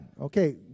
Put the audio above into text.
Okay